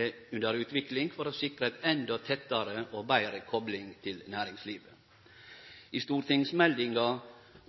er under utvikling for å sikre ei endå tettare og betre kopling til næringslivet. I stortingsmeldinga